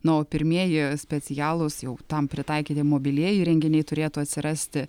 na o pirmieji specialūs jau tam pritaikyti mobilieji įrenginiai turėtų atsirasti